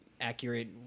accurate